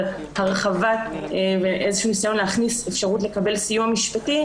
הרחבה וניסיון להכניס אפשרות לקבל סיוע משפטי,